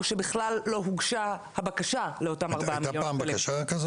או שבכלל לא הוגשה הבקשה לאותם 4 מיליון ₪?